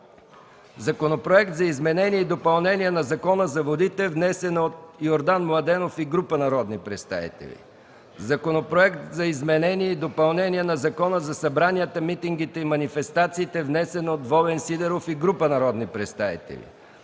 Законопроект за изменение и допълнение на Закона за водите, внесен от Йордан Младенов и група народни представители. Законопроект за изменение и допълнение на Закона за събранията, митингите и манифестациите, внесен от Волен Сидеров и група народни представители.